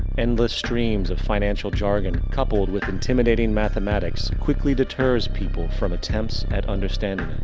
endless streams of financial jargon, coupled with intimidating mathematics, quickly deters people from attempts at understanding